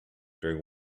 during